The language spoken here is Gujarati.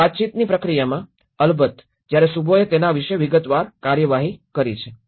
હવે વાતચીતની પ્રક્રિયામાં અલબત્ત જ્યારે શુભોએ તેના વિશે વિગતવાર કાર્યવાહી કરી છે